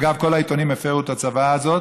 אגב, כל העיתונים הפרו את הצוואה הזאת,